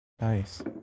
nice